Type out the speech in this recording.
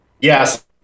Yes